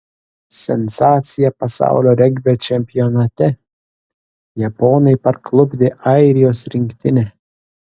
sensacija pasaulio regbio čempionate japonai parklupdė airijos rinktinę